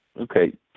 Okay